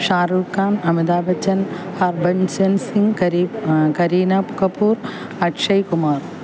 Shahrukh Khan Amitabh Bachchan Harbhajan Singh Kareena Kapoor Akshay Kumar